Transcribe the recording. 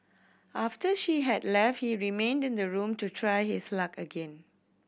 after she had left he remained in the room to try his luck again